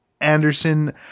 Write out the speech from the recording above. Anderson